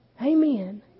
Amen